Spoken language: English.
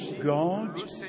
God